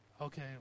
Okay